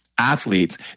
athletes